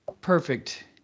perfect